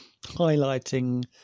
highlighting